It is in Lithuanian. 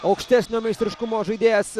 aukštesnio meistriškumo žaidėjas